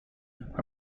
are